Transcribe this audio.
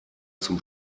zum